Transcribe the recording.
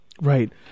Right